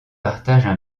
partagent